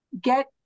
Get